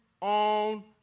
on